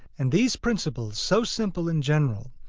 and these principles so simple and general,